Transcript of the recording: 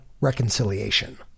reconciliation